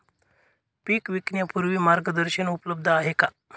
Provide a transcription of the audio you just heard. पीक विकण्यापूर्वी मार्गदर्शन उपलब्ध आहे का?